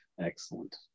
Excellent